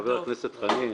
חבר הכנסת חנין.